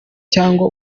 cyangwa